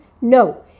No